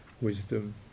wisdom